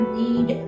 need